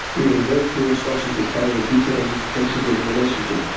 we have very clear instructions as part of the detailed intensity of the relationship.